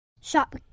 Shop